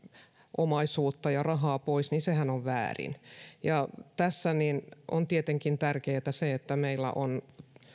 omaisuutta ja rahaa pois on väärin tässä on tietenkin tärkeätä että meillä on